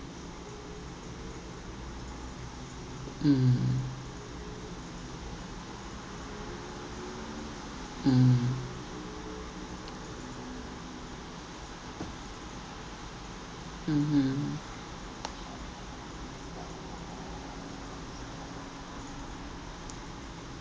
mm mm mmhmm